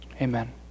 Amen